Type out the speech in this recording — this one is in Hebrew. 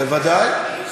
בוודאי.